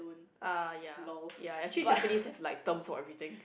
ah ya ya actually Japanese have like term for everything